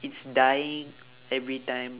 it's dying every time